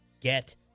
get